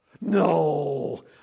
No